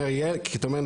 כי אתה אומר,